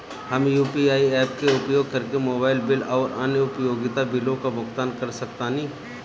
हम UPI apps के उपयोग करके मोबाइल बिल आउर अन्य उपयोगिता बिलों का भुगतान कर सकतानी